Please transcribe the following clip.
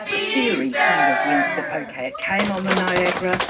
theory kind of went that, ok, it came on the niagara,